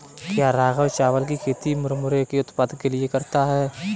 क्या राघव चावल की खेती मुरमुरे के उत्पाद के लिए करता है?